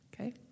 okay